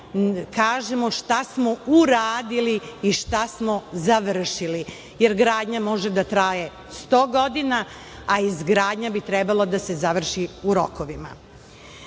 kažemo šta smo uradili i šta smo završili, jer gradnja može da traje 100 godina, a izgradnja bi trebalo da završi u rokovima. Ono